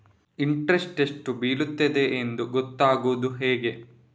Interest ಎಷ್ಟು ಬೀಳ್ತದೆಯೆಂದು ಗೊತ್ತಾಗೂದು ಹೇಗೆ?